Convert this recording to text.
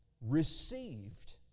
received